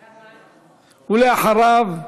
אחריו,